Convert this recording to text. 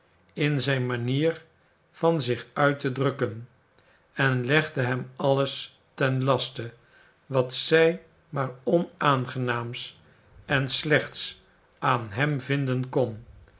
in zijn manier van zich uit te drukken en legde hem alles ten laste wat zij maar onaangenaams en slechts aan hem vinden kon